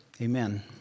Amen